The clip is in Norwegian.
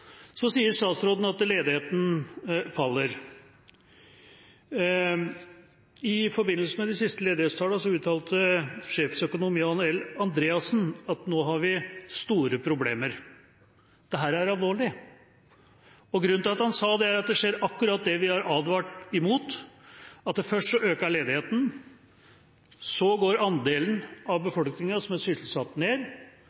Statsråden sier at ledigheten faller. I forbindelse med de siste ledighetstallene uttalte sjefsøkonom Jan L. Andreassen at nå har vi store problemer. Dette er alvorlig. Grunnen til at han sa det, er at akkurat det vi har advart mot, skjer. Først øker ledigheten, så går andelen av